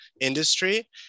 industry